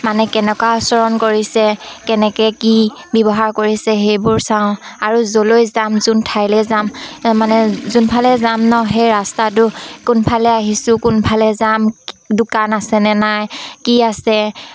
মানে কেনেকুৱা অচৰণ কৰিছে কেনেকে কি ব্যৱহাৰ কৰিছে সেইবোৰ চাওঁ আৰু য'লৈ যাম যোন ঠাইলে যাম মানে যোনফালে যাম ন সেই ৰাস্তাটো কোনফালে আহিছোঁ কোনফালে যাম দোকান আছেনে নাই কি আছে